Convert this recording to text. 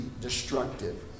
destructive